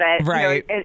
Right